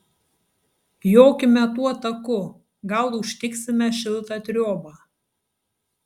jokime tuo taku gal užtiksime šiltą triobą